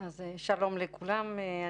שלום לכולם,